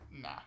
nah